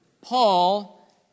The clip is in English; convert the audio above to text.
Paul